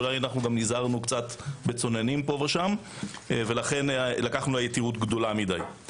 אולי אנחנו נזהרנו קצת בצוננים פה ושם ולכן לקחנו יתירות גדולה מדי.